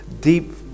deep